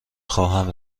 خواهیم